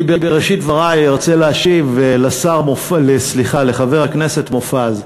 בראשית דברי אני ארצה להשיב לחבר הכנסת מופז.